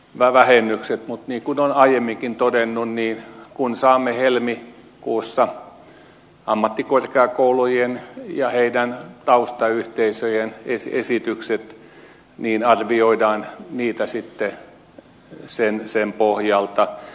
mutta niin kuin olen aiemminkin todennut kun saamme helmikuussa ammattikorkeakoulujen ja heidän taustayhteisöjensä esitykset niin arvioidaan niitä sitten sen pohjalta